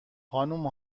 خانوم